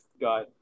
got